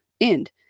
end